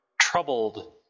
troubled